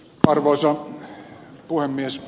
arvoisa puhemies